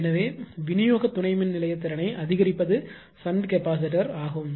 எனவே விநியோக துணை மின்நிலைய திறனை அதிகரிப்பது ஷன்ட் கெப்பாசிட்டர் ஆகும